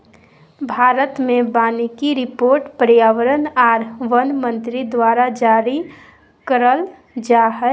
भारत मे वानिकी रिपोर्ट पर्यावरण आर वन मंत्री द्वारा जारी करल जा हय